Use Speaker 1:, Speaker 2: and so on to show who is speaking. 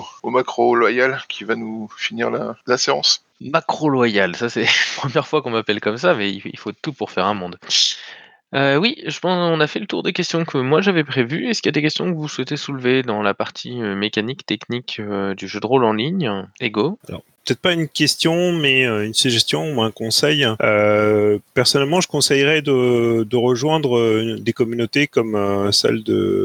Speaker 1: au Macro Loyal, qui va nous finir la- la séance.
Speaker 2: Macro Loyal, ça, c'est la première fois qu'on m'appelle comme ça, mais il- il faut tout pour faire un monde. Euh, oui, je pense qu'on a fait le tour des questions que moi, j'avais prévues. Est-ce qu'il y a des questions que vous souhaitez soulever dans la partie, euh, mécanique, technique, euh, du jeu de rôle en ligne ? Ego ?
Speaker 3: Alors, peut-être pas une question, mais, euh, une suggestion ou un conseil. Euh, personnellement, je conseillerais de- de rejoindre, euh, une- des communautés comme, euh, celle de-